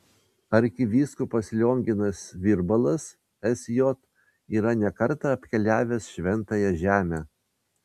arkivyskupas lionginas virbalas sj yra ne kartą apkeliavęs šventąją žemę